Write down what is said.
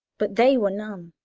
but they were none.